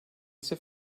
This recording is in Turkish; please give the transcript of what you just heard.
ise